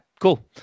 cool